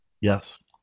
Yes